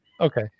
Okay